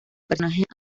personajes